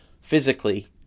physically